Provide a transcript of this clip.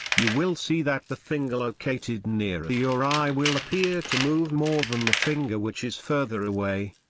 you will see that the finger located nearer your eye will appear to move more than the finger which is further away.